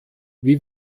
wie